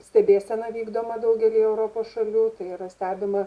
stebėsena vykdoma daugely europos šalių tai yra stebima